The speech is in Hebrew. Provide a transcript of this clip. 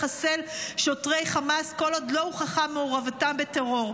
לחסל שוטרי חמאס כל עוד לא הוכחה מעורבותם בטרור.